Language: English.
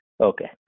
okay